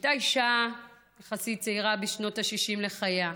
היא הייתה אישה צעירה יחסית, בשנות ה-60 לחייה.